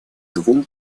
двум